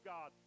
God